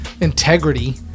integrity